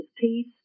peace